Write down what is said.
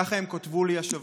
ככה הם כתבו לי השבוע: